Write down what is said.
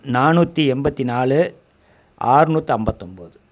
நானூற்றி எண்பத்தி நாலு ஆறுநூற்றி ஐம்பத்தொம்போது